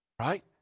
Right